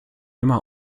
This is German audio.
immer